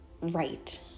right